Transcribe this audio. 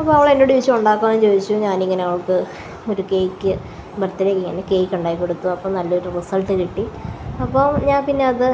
അപ്പോൾ അവളെന്നോട് ചോദിച്ചു ഉണ്ടാക്കാമോ എന്ന് ചോദിച്ചു ഞാനിങ്ങനെ അവർക്ക് ഒര് കേക്ക് ബർത്ഡേക്ക് കേക്കുണ്ടാക്കിക്കൊടുത്തു അപ്പോൾ നല്ലൊരു റിസൾട്ട് കിട്ടി അപ്പോൾ ഞാൻ പിന്നെ അത്